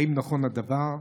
1. האם נכון הדבר?